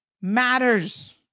matters